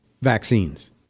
vaccines